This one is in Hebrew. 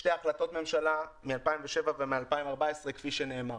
שתי החלטות ממשלה מ-2007 ומ-2014, כפי שנאמר.